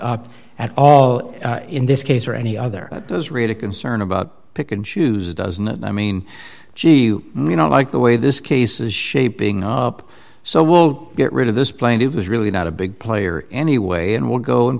up at all in this case or any other that does really concern about pick and choose doesn't and i mean she may not like the way this case is shaping up so we'll get rid of this plane it was really not a big player anyway and we'll go and